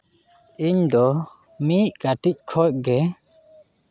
ᱤᱧ ᱫᱚ ᱢᱤᱫ ᱠᱟᱹᱴᱤᱡ ᱠᱷᱚᱱ ᱜᱮ